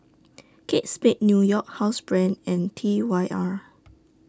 Kate Spade New York Housebrand and T Y R